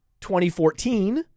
2014